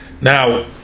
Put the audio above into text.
Now